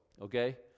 Okay